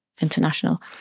international